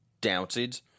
doubted